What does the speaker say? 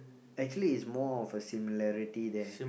actually it's more of a similarity there